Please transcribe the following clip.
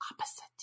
opposite